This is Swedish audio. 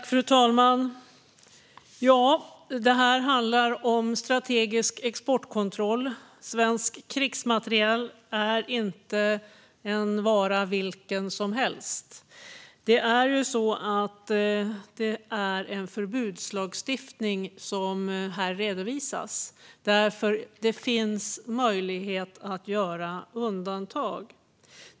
Fru talman! Ja, det här handlar om strategisk exportkontroll. Svensk krigsmateriel är inte en vara vilken som helst. Det är en förbudslagstiftning som här redovisas. Det finns möjlighet att göra undantag.